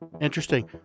Interesting